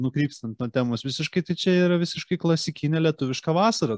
nukrypstan nuo temos visiškai tai čia yra visiškai klasikinė lietuviška vasara